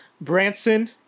Branson